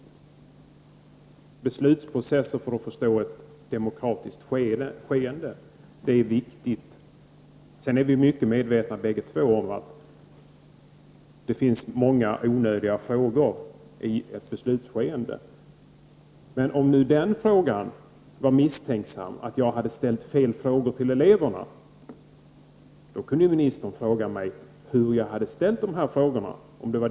Det gäller beslutsprocesser för att förstå ett demokratiskt skeende. Det är viktigt. Vi är båda mycket medvetna om att det finns många onödiga frågor i ett beslutsskeende. Om ministern misstänker att jag hade ställt fel frågor till eleverna, kunde han ha frågat mig hur jag hade formulerat frågorna.